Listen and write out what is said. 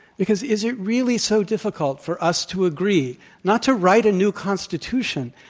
because is it really so difficult for us to agree not to write a new constitution,